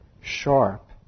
sharp